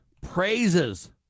praises